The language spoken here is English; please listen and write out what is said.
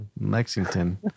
Lexington